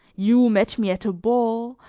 you met me at a ball,